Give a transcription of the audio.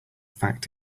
fact